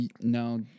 No